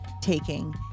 taking